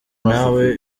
nawe